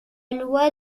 loi